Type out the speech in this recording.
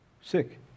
sick